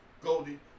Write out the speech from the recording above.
Goldie